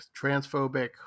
transphobic